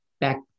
Back